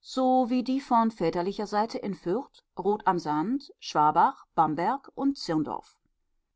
so wie die von väterlicher seite in fürth roth am sand schwabach bamberg und zirndorf